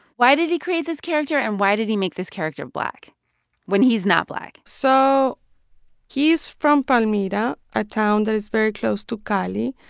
why did he create this character, and why did he make this character black when he's not black? so he's from palmira, a town that is very close to cali,